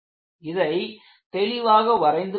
இதை தெளிவாக வரைந்து கொள்ளுங்கள்